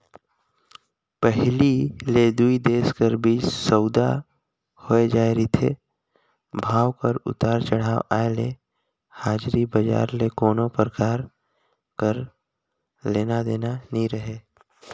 पहिली ले दुई देश कर बीच सउदा होए जाए रिथे, भाव कर उतार चढ़ाव आय ले हाजरी बजार ले कोनो परकार कर लेना देना नी रहें